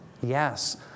Yes